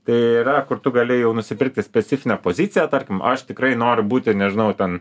tai yra kur tu gali jau nusipirkti specifinę poziciją tarkim aš tikrai noriu būti nežinau ten